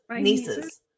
nieces